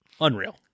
Unreal